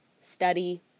study